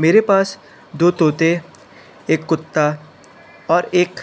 मेरे पास दो तोते एक कुत्ता और एक